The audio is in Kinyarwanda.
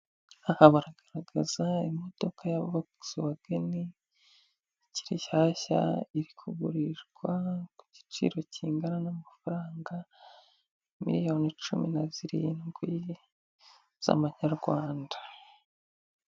Aha baragaragaza imodoka ya vogisi wageni ikiri nshyashya, iri kugurishwa ku giciro kingana n'amafaranga miliyoni cumi na zirindwi z'amanyarwanda.